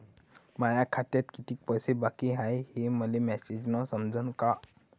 माया खात्यात कितीक पैसे बाकी हाय हे मले मॅसेजन समजनं का?